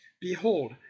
Behold